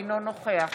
אינו נוכח